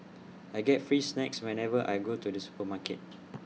I get free snacks whenever I go to the supermarket